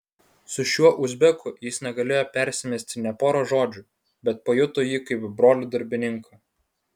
su šiuo uzbeku jis negalėjo persimesti nė pora žodžių bet pajuto jį kaip brolį darbininką